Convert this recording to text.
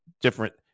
different